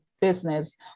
business